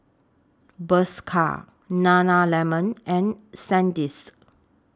Bershka Nana Lemon and Sandisk